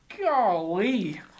Golly